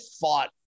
fought –